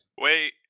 wait